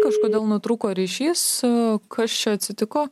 kažkodėl nutrūko ryšys kas čia atsitiko